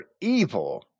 evil